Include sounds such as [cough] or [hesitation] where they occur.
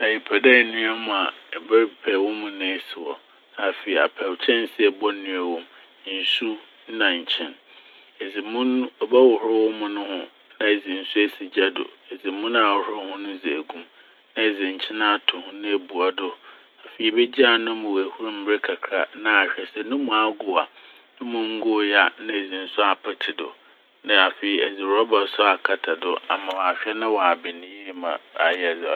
Sɛ epɛ dɛ enoa mo a ero-ebɛpɛ wo mo n' esi hɔ na afei apɛ kyɛnse a ɛbɔnoa wɔ m', nsu na nkyen. Edze mo no - ebɔhohor wo mo no ho na edze nsu esi gya do. Edze mo na ahohor ho dze egu m' na edze nkyen ato ho na ebua do. Afei ebegyaa no ma oehur mber kakra na ahwɛ dɛ no mu agow a. No mu nngowee a na edze nsu apetse do na afei ɛdze rɔba so akata do ama ɔahwɛ na ɔaben yie ma ayɛ dza ɔ [hesitation]